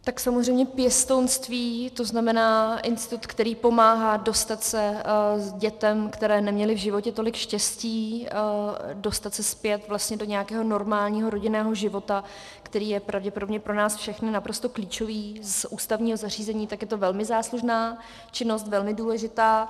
Tak samozřejmě pěstounství, tzn. institut, který pomáhá dětem, které neměly v životě tolik štěstí, dostat se zpět do nějakého normálního rodinného života, který je pravděpodobně pro nás všechny naprosto klíčový, z ústavního zařízení, tak je to velmi záslužná činnost, velmi důležitá.